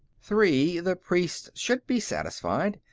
three the priests should be satisfied.